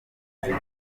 buzima